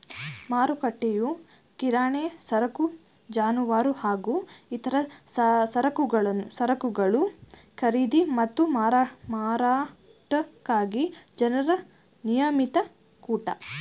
ಮಾರುಕಟ್ಟೆಯು ಕಿರಾಣಿ ಸರಕು ಜಾನುವಾರು ಹಾಗೂ ಇತರ ಸರಕುಗಳ ಖರೀದಿ ಮತ್ತು ಮಾರಾಟಕ್ಕಾಗಿ ಜನರ ನಿಯಮಿತ ಕೂಟ